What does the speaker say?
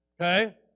Okay